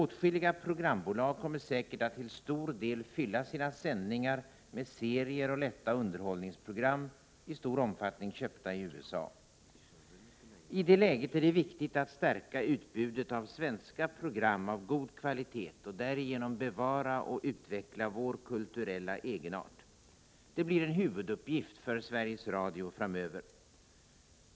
1987/88:46 kommer säkert att till stor del fylla sina sändningar med serier och lätta — 16 december 1987 underhållningsprogram, i stor omfattning köpta i USA. SR I det läget är det viktigt att stärka utbudet av svenska program av god Vissa TV> och radiokvalitet och därigenom bevara och utveckla vår kulturella egenart. Det blir frågor en huvuduppgift för Sveriges Radio framöver.